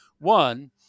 One